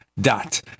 dot